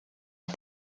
est